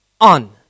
on